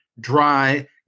dry